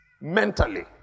mentally